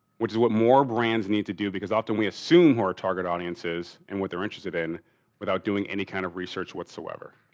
which is what more brands need to do because often we assume who our target audience is and what they're interested in without doing any kind of research whatsoever.